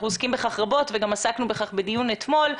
אנחנו עוסקים בכך רבות וגם עסקנו בכך בדיון אתמול,